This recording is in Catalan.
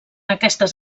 aquestes